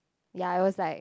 ya I was like